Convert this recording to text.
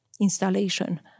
installation